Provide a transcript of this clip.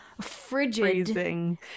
frigid